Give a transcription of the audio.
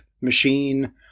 machine